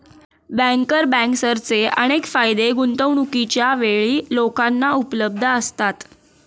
banker बँकर्सचे अनेक फायदे गुंतवणूकीच्या वेळी लोकांना उपलब्ध असतात